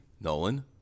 Nolan